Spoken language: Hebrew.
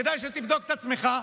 כדאי שתבדוק את עצמך.